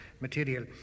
material